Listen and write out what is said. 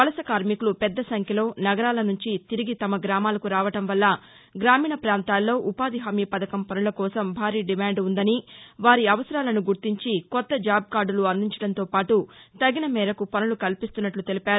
వలస కార్నికులు పెద్ద సంఖ్యలో నగరాల నుంచి తిరిగి తమ గ్రామాలకు రావడం వల్ల గ్రామీణ ప్రాంతాల్లో ఉపాధి హామీ పథకం పనుల కోసం భారీ డిమాండ్ ఉందని వారి అవసరాలను గుర్తించి కొత్త జాబ్కార్డులు అందించడంతో పాటు తగిన మేరకు పనులు కల్పిస్తున్నట్లు తెలిపారు